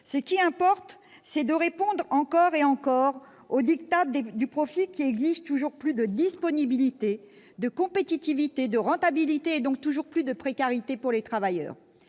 Ce qui importe, c'est de répondre encore et encore au du profit, qui exige toujours plus de disponibilité, de compétitivité et de rentabilité et donc toujours plus de précarité pour les travailleurs